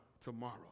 tomorrow